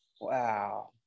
wow